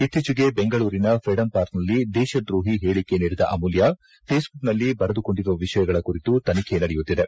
ಇತ್ತೀಚಿಗೆ ಬೆಂಗಳೂರಿನ ಫ್ರೀಡಂ ಪಾರ್ಕ್ನಲ್ಲಿ ದೇಶದ್ರೋಹಿ ಹೇಳಿಕೆ ನೀಡಿದ ಅಮೂಲ್ಡಾ ಫೇಸ್ಬುಕ್ನಲ್ಲಿ ಬರೆದುಕೊಂಡಿರುವ ವಿಷಯಗಳ ಕುರಿತು ತನಿಖೆ ನಡೆಯುತ್ತಿದೆ